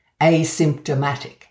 asymptomatic